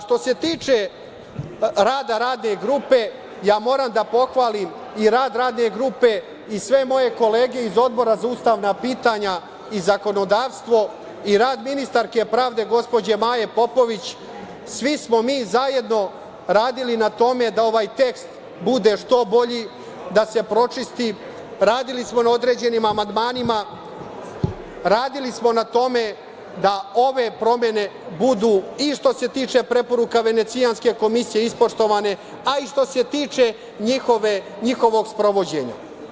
Što se tiče rada Radne grupe, ja moram da pohvalim i rad Radne grupe i sve moje kolege iz Odbora za ustavna pitanja i zakonodavstvo, i rad ministarke pravde gospođe Maje Popović, svi smo mi zajedno radili na tome da ovaj tekst bude što bolji, da se pročisti, radili smo na određenim amandmanima, radili smo na tome da ove promene budu i što se tiče preporuka Venecijanske komisije ispoštovane, a i što se tiče njihovog sprovođenja.